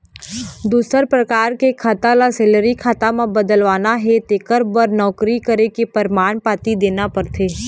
दूसर परकार के खाता ल सेलरी खाता म बदलवाना हे तेखर बर नउकरी करे के परमान पाती देना परथे